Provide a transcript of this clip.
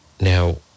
now